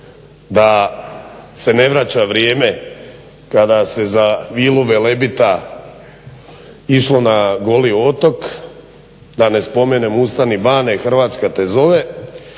da se ne vraća vrijeme kada se za Vilu Velebita išlo na Goli otok, da ne spomenem Ustani bane, Hrvatska te zove